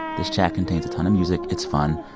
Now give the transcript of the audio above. this chat contains a ton of music. it's fun.